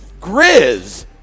Grizz